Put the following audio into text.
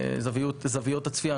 זוויות הצפייה.